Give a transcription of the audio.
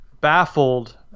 baffled